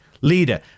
leader